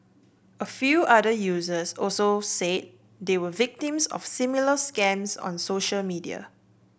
a few other users also said they were victims of similar scams on social media